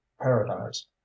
paradise